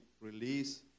release